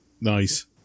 Nice